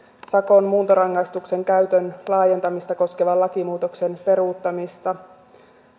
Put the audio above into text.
sakon muuntorangaistuksen käytön laajentamista koskevan lakimuutoksen peruuttamista